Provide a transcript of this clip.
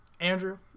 Andrew